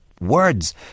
Words